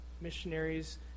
missionaries